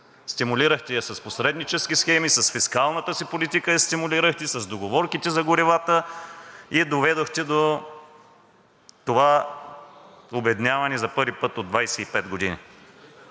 Стимулирахте я с посреднически схеми, с фискалната си политика я стимулирахте, с договорките за горивата и доведохте до това обедняване за първи път от 25 години.